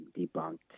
debunked